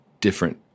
different